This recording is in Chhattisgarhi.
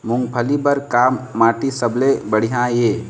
फूलगोभी बर का माटी सबले सबले बढ़िया ये?